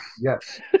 yes